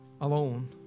alone